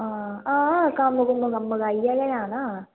हां हां कम्म कुम्म मकाइयै गै जाना